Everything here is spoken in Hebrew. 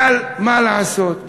אבל מה לעשות,